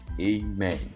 amen